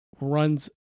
runs